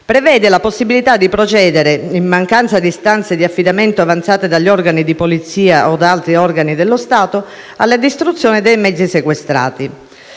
prevede la possibilità di procedere, in mancanza di istanze di affidamento avanzate dagli organi di polizia o da altri organi dello Stato, alla distruzione dei mezzi sequestrati.